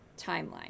timeline